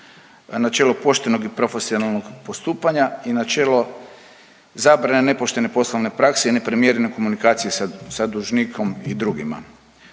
načelo poštenog i profesionalnog postupanja i načelo zabrane nepoštene poslovne prakse i neprimjerene komunikacije sa dužnikom i drugima.